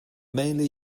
mainly